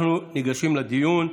אנחנו ניגשים לדיון.